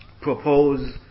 propose